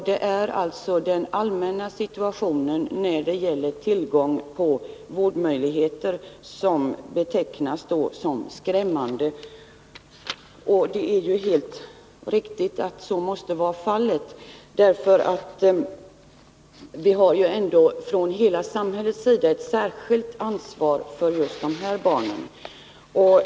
Det är alltså den allmänna situationen när det gäller tillgång på vårdmöjligheter som betecknas som skrämmande. Hela samhället har ju ett särskilt ansvar för just de här barnen.